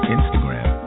Instagram